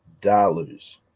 dollars